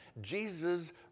jesus